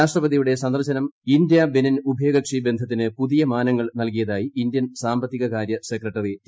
രാഷ്ട്രപതിയുടെ സന്ദർശനം India Benin ഉഭയകക്ഷി ബന്ധത്തിന് പുതിയ മാനങ്ങൾ നൽകിയതായി ഇന്ത്യൻ സാമ്പത്തികകാര്യ സെക്രട്ടറി ടി